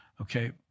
okay